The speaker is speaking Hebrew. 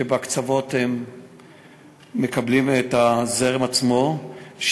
שבקצוות הם מקבלים את הזרם עצמו,